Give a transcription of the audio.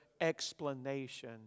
explanation